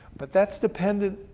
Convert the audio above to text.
but that's dependent,